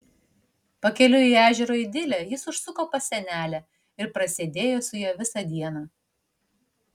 pakeliui į ežero idilę jis užsuko pas senelę ir prasėdėjo su ja visą dieną